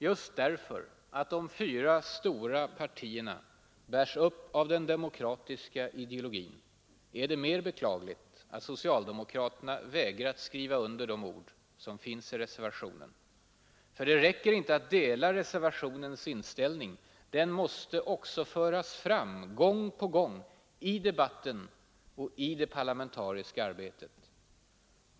Just därför att de fyra stora partierna bärs upp av den demokratiska ideologin är det desto mer beklagligt att socialdemokraterna vägrat skriva under de ord som finns i reservationen. För det räcker inte att dela reservationens inställning — den måste också föras fram, gång på gång, i debatten och i det parlamentariska arbetet.